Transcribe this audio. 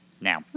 Now